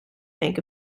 bank